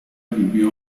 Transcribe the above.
vivió